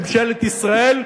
ממשלת ישראל,